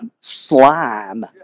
slime